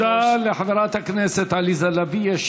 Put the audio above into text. תודה לחברת הכנסת עליזה לביא.